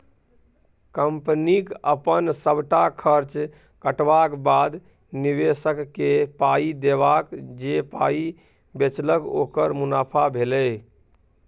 कंपनीक अपन सबटा खर्च कटबाक बाद, निबेशककेँ पाइ देबाक जे पाइ बचेलक ओकर मुनाफा भेलै